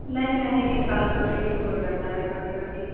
नहीं नहीं कमज़ोरी हो जाता है कभी कभी